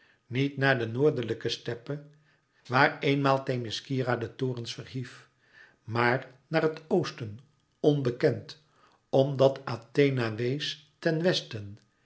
niet naar de noordelijke steppe waar eenmaal themiskyra de torens verhief maar naar het oosten onbekend omdat athena wees ten westen